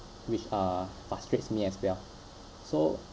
which uh frustrates me as well so